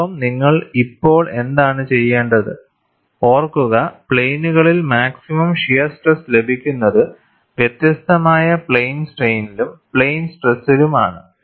ഒപ്പം നിങ്ങൾ ഇപ്പോൾ എന്താണ് ചെയ്യേണ്ടത് ഓർക്കുക പ്ലെയിനുകളിൽ മാക്സിമം ഷിയർ സ്ട്രെസ് ലഭിക്കുന്നത് വ്യത്യസ്തമായ പ്ലെയിൻ സ്ട്രെയിനിലും പ്ലെയിൻ സ്ട്രെസ്സിലും ആണ്